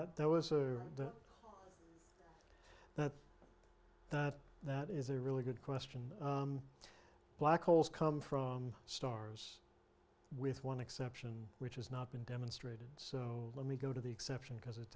there was a that that that that is a really good question black holes come from stars with one exception which has not been demonstrated so let me go to the exception because it